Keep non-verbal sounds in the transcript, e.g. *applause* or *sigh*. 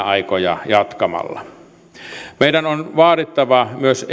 *unintelligible* aikoja jatkamalla meidän on vaadittava myös *unintelligible*